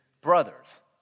brothers